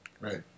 Right